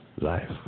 life